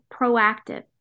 proactive